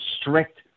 strict